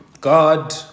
God